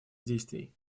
действий